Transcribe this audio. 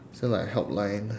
is there like a help line